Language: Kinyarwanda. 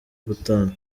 gutanga